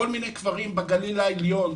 כל מיני קברים בגליל העליון,